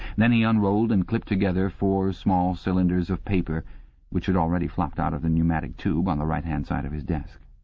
then he unrolled and clipped together four small cylinders of paper which had already flopped out of the pneumatic tube on the right-hand side of his desk.